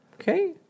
Okay